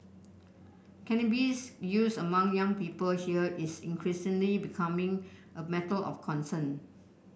cannabis use among young people here is increasingly becoming a matter of concern